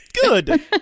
Good